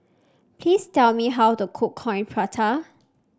please tell me how to cook Coin Prata